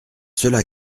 cela